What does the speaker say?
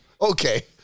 Okay